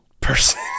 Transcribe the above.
person